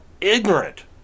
ignorant